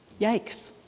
Yikes